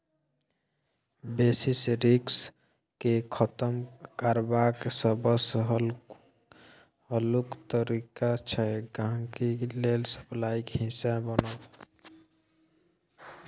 basis risk केँ खतम करबाक सबसँ हल्लुक तरीका छै गांहिकी लेल सप्लाईक हिस्सा बनब